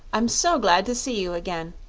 i'm so glad to see you again.